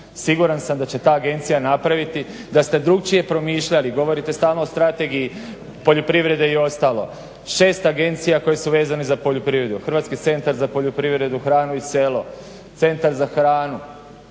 Siguran sam da će ta agencija napraviti da ste drukčije promišljali, govorite stalno o strategiji poljoprivrede i ostalog. Šest agencija koje su vezane za poljoprivredu, Hrvatski centar za poljoprivredu, hranu i selo, Centar za hranu